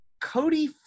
Cody